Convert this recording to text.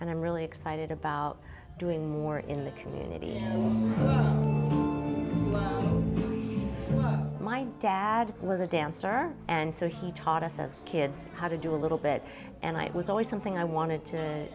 really excited about doing more in the community my dad was a dancer and so he taught us as kids how to do a little bit and i was always something i wanted to